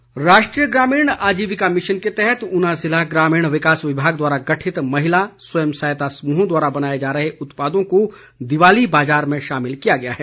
स्वयं सहायता समूह राष्ट्रीय ग्रामीण आजीविका मिशन के तहत ऊना जिला ग्रामीण विकास विभाग द्वारा गठित महिला स्वयं सहायता समूहों द्वारा बनाए जा रहे उत्पादों को दीवाली बाजार में शामिल किया गया है